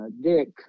Dick